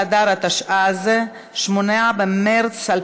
מי בעד הצעת הוועדה המיוחדת בדבר פיצול הצעת חוק